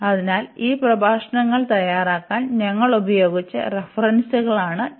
അതിനാൽ ഈ പ്രഭാഷണങ്ങൾ തയ്യാറാക്കാൻ ഞങ്ങൾ ഉപയോഗിച്ച റഫറൻസുകളാണ് ഇവ